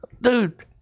Dude